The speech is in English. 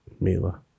Mila